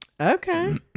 Okay